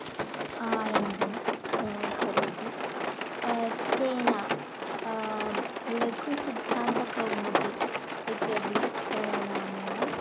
आरम्भं करोति तेन लघुसिद्धान्तकौमुदी इत्यपि नामैनं